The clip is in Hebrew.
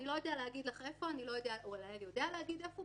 אני לא יודע להגיד לך איפה או כן יודע להגיד איפה,